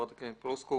חברת הכנסת פלוסקוב.